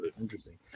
interesting